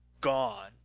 gone